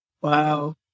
Wow